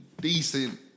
decent